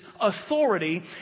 authority